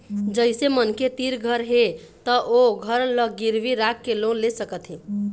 जइसे मनखे तीर घर हे त ओ घर ल गिरवी राखके लोन ले सकत हे